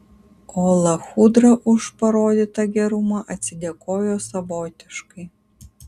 o lachudra už parodytą gerumą atsidėkojo savotiškai